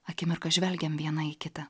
akimirką žvelgiam viena į kitą